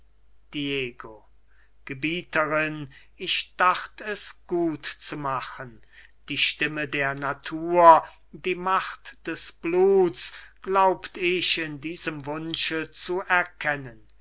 ich dacht es gut zu machen die stimme der natur die macht des bluts glaubt ich in diesem wunsche zu erkennen